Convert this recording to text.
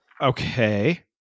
Okay